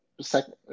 second